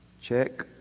check